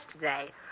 yesterday